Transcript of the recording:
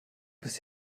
bist